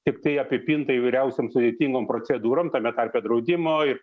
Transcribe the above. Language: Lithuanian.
tiktai apipinta įvairiausiom sudėtingom procedūrom tame tarpe draudimo ir